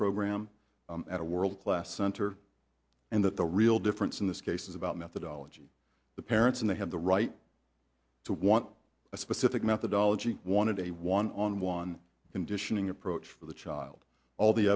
program at a world class center and that the real difference in this case is about methodology the parents and they have the right to want a specific methodology wanted a one on one conditioning approach for the child all the